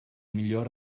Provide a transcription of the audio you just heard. millor